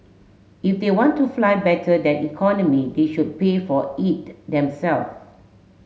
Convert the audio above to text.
if they want to fly better than economy they should pay for it themselves